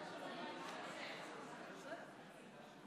אני מתכבד להודיעכם כי הממשלה החליטה,